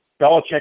Belichick